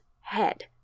head